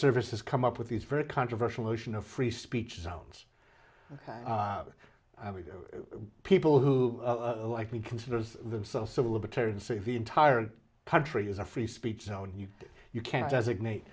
service has come up with these very controversial notion of free speech zones other people who like me considers themselves civil libertarians see the entire country as a free speech zone you you can't designate